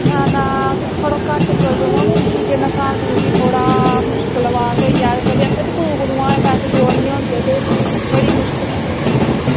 ना ना अस थोह्ड़ा घट्ट करो नीं फ्ही जिसलै साह्ब दूंगी थोह्ड़ा मुश्कल रेयात होई आग थोह्ड़े जोड़ने होन ते बड़ी मुश्कल ऐ